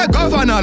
Governor